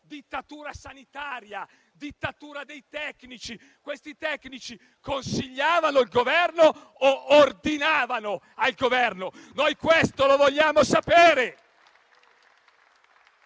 dittatura sanitaria o dittatura dei tecnici. Questi tecnici consigliavano il Governo, o ordinavano al Governo? Noi questo lo vogliamo sapere.